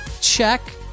check